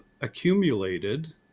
accumulated